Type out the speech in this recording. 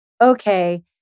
okay